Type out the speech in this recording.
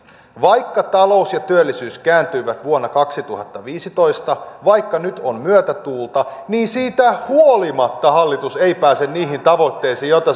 vaikka talous ja työllisyys kääntyivät vuonna kaksituhattaviisitoista ja vaikka nyt on myötätuulta niin siitä huolimatta hallitus ei pääse niihin tavoitteisiin joita